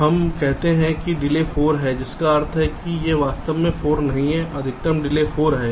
हम कहते हैं कि डिले 4 है जिसका अर्थ है यह वास्तव में 4 नहीं है अधिकतम डिले 4 है